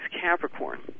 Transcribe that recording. Capricorn